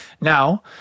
Now